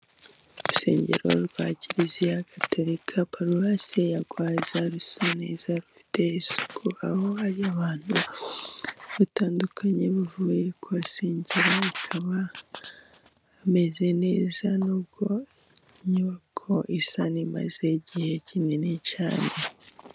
Urusengero rwa kiliziya gaturika paruwasi ya Rwaza rusa neza rufite isuku, aho hari abantu batandukanye bavuye kuhasengera, hakaba hameze neza nubwo inyubako isa n'imaze igihe kiniini cyane.